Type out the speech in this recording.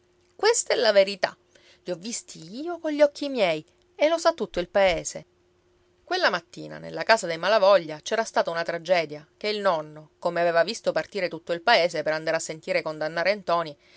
questa è la verità i ho visti io cogli occhi miei e lo sa tutto il paese quella mattina nella casa dei malavoglia c'era stata una tragedia che il nonno come aveva visto partire tutto il paese per andare a sentire condannare ntoni